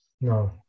No